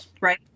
right